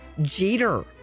Jeter